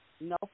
No